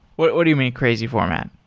what what do you mean crazy format?